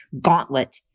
gauntlet